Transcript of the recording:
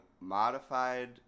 modified